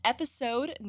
Episode